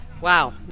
wow